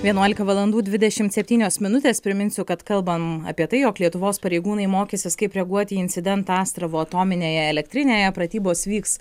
vienuolika valandų dvidešimt septynios minutės priminsiu kad kalbam apie tai jog lietuvos pareigūnai mokysis kaip reaguot į incidentą astravo atominėje elektrinėje pratybos vyks